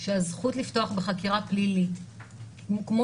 שהזכות לפתוח בחקירה פלילית היא כמו